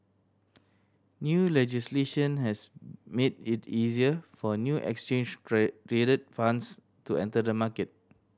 new legislation has made it easier for new exchange trade traded funds to enter the market